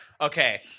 Okay